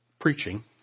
preaching